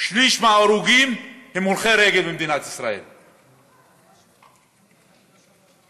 שליש מההרוגים במדינת ישראל הם הולכי רגל,